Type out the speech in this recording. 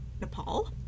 Nepal